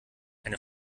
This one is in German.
eine